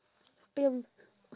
不用